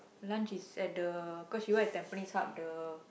lunch is a the cause she want at the Tampines Hub the